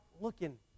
looking